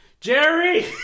Jerry